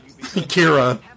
Kira